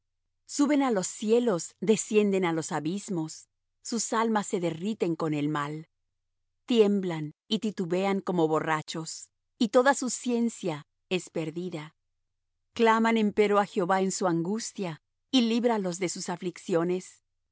suben á los cielos descienden á los abismos sus almas se derriten con el mal tiemblan y titubean como borrachos y toda su ciencia es perdida claman empero á jehová en su angustia y líbralos de